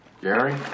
Gary